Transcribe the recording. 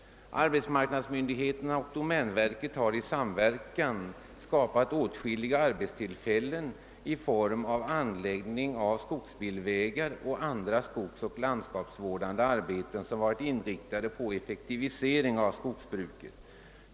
Arbetsmarknadsmyndigheterna och domänverket har i samverkan skapat åtskilliga arbetstillfällen i form av anläggning av skogsbilvägar och . andra skogsoch landskapsvårdande arbeten, som varit inriktade på en effektivisering av skogsbruket.